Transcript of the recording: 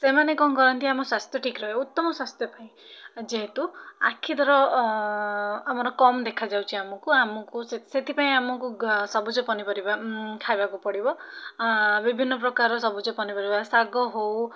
ସେମାନେ କ'ଣ କରନ୍ତି ଆମ ସ୍ଵାସ୍ଥ୍ୟ ଠିକ୍ ରହୁ ଉତ୍ତମ ସ୍ଵାସ୍ଥ୍ୟ ପାଇଁ ଯେହେତୁ ଆଖି ଧର ଆମର କମ ଦେଖାଯାଉଛି ଆମକୁ ଆମକୁ ସେଥିପାଇଁ ଆମକୁ ସବୁଜ ପନିପରିବା ଖାଇବାକୁ ପଡ଼ିବ ବିଭିନ୍ନ ପ୍ରକାର ସବୁଜ ପନିପରିବା ଶାଗ ହଉ